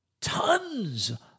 tons